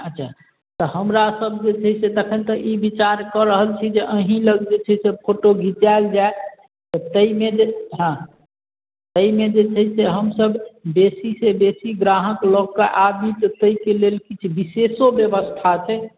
अच्छा तऽ हमरासभ जे छै से तखन तऽ ई विचार कऽ रहल छी जे अहीँलग जे छै से फोटो घिचाएल जाए तऽ ताहिमे जे हँ ताहिमे जे छै से हमसभ बेसीसे बेसी ग्राहक लऽ कऽ आबी तऽ ताहिके लेल किछु विशेषो बेबस्था छै